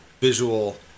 visual